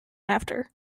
after